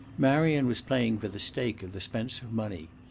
marion was playing for the stake of the spencer money.